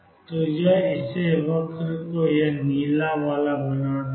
तो यह इसे वक्र को यह नीला वाला बना देगा